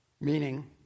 Meaning